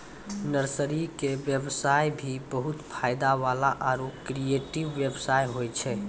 nursery के व्यवसाय भी बहुत फायदा वाला आरो क्रियेटिव व्यवसाय होय छै